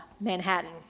Manhattan